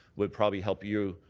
would probably help you,